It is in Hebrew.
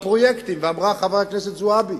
והפרויקטים, ואמרה חברת הכנסת זועבי: